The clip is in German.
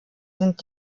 sind